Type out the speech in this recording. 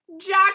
Jack